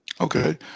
Okay